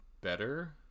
better